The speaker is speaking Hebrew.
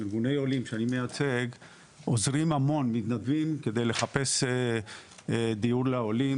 ארגוני עולים שאני מייצג נעזרים הרבה במתנדבים כדי לחפש דיור לעולים,